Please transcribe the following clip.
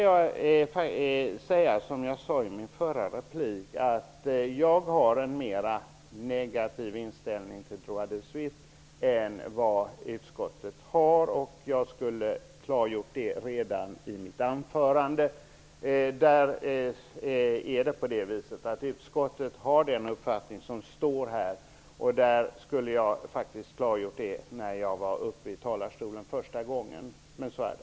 Jag vill också liksom i min förra replik säga att jag har en mera negativ inställning till ''droit de suite'' än vad utskottet har. Jag borde ha klargjort det redan i mitt första anförande.